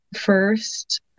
first